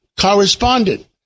correspondent